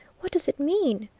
what does it mean?